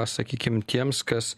sakykim tiems kas